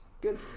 good